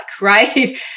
right